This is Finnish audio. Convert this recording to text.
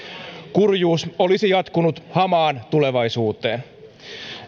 kurjuus olisi jatkunut hamaan tulevaisuuteen